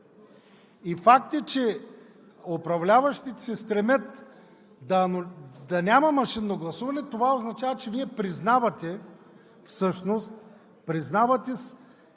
И факт е, че управляващите се стремят да няма машинно гласуване. Това означава, че Вие признавате слабостта всъщност и